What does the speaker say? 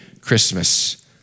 Christmas